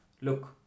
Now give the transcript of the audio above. look